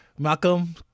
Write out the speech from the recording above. Malcolm